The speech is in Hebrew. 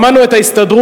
שמענו את ההסתדרות,